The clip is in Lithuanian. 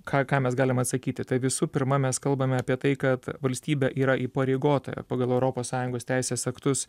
ką ką mes galime atsakyti tai visų pirma mes kalbame apie tai kad valstybė yra įpareigota pagal europos sąjungos teisės aktus